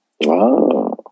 Wow